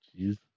Jeez